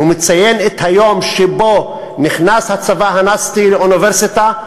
ומציין את היום שבו נכנס הצבא הנאצי לאוניברסיטה,